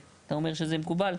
אתה אומר שזה מקובל?